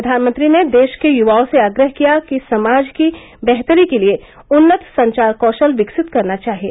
प्रधानमंत्री ने देश के युवाओं से आग्रह किया कि समाज की बेहतरी के लिए उन्नत संचार कौशल विकसित करना चाहिए